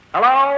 Hello